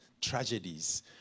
tragedies